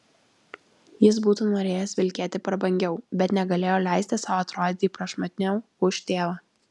jis būtų norėjęs vilkėti prabangiau bet negalėjo leisti sau atrodyti prašmatniau už tėvą